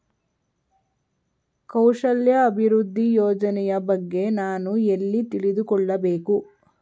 ಕೌಶಲ್ಯ ಅಭಿವೃದ್ಧಿ ಯೋಜನೆಯ ಬಗ್ಗೆ ನಾನು ಎಲ್ಲಿ ತಿಳಿದುಕೊಳ್ಳಬೇಕು?